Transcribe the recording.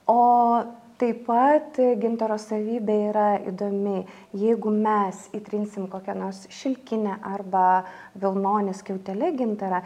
o taip pat gintaro savybė yra įdomi jeigu mes įtrinsim kokią nors šilkinę arba vilnone skiautele gintarą